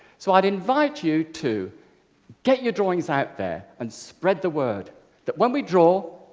so i invite you to get your drawings out there and spread the word that when we draw,